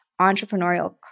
entrepreneurial